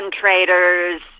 traders